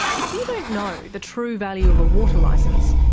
if you don't know the true value of a water licence,